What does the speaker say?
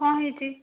କ'ଣ ହୋଇଛି